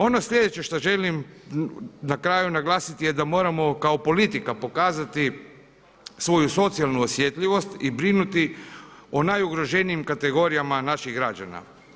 Ono sljedeće što želim na kraju naglasiti je da moramo kao politika pokazati svoju socijalnu osjetljivost i brinuti o najugroženijim kategorijama naših građana.